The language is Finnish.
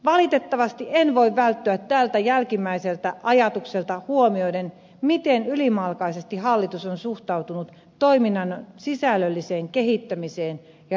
valitettavasti en voi välttyä tältä jälkimmäiseltä ajatukselta huomioiden miten ylimalkaisesti hallitus on suhtautunut toiminnan sisällölliseen kehittämiseen ja rahoittamiseen